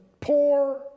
poor